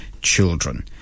children